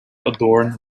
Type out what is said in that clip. adorned